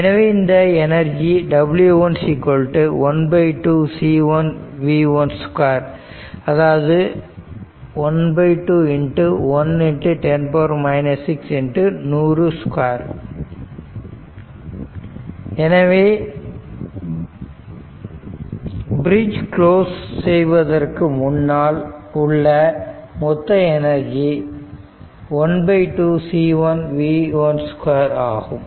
எனவே இந்த energy W1 ½ C1 v1 2 அதாவது ½ 110 6 100 2 எனவே பிரிட்ஜ் க்ளோஸ் செய்வதற்கு முன்னால் உள்ள மொத்த எனர்ஜி 12 C1 v12 எனலாம்